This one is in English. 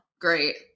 great